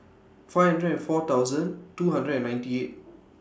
five hundred and four thousand two hundred and ninety eight